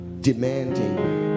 demanding